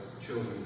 children